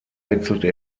wechselte